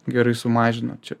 gerai sumažino čia